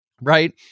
Right